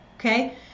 Okay